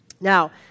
Now